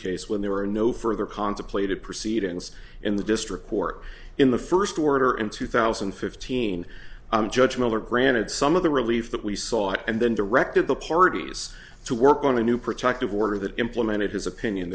case when there were no further contemplated proceedings in the district court in the first order in two thousand and fifteen judge miller granted some of the relief that we sought and then directed the parties to work on a new protective order that implemented his opinion